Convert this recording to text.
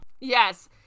Yes